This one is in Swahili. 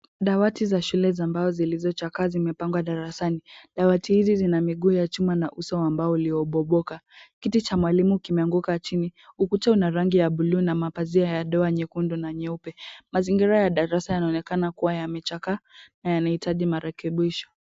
Dawati za shule za mbao zilizochakaa zimepagwa darasani. Dawati hizi zina miguu ya chuma na uso wa mbao ulioboboka. Kiti cha mwalimu kimeanguka chini ukuta una rangi ya bluu na mapazia ya doa nyekundu na nyeupe. Mazingira ya darasa yanaonekana kuwa yamechakaa na yanahitaji marekebisho.